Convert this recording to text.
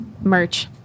Merch